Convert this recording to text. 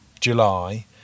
July